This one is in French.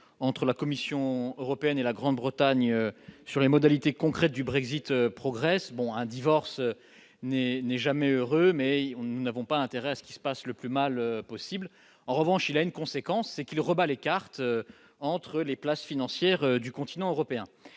entre la Commission européenne et la Grande-Bretagne sur les modalités concrètes du Brexit progresse, bon un divorce n'est n'est jamais heureuse mais il on nous n'avons pas intérêt à ce qui se passe le plus mal possible, en revanche, il a une conséquence, c'est qu'il rebat les cartes entre les places financières du continent européen